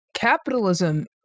capitalism